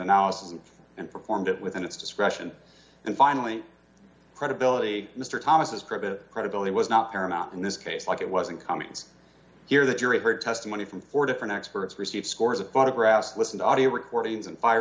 analysis and and performed it within its discretion and finally credibility mr thomas's cribbage credibility was not paramount in this case like it was in cummings here the jury heard testimony from four different experts received scores of photographs listen to audio recordings and fire